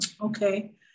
okay